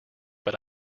but